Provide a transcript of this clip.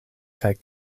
kaj